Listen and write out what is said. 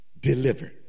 delivered